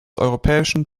europäischen